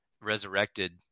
resurrected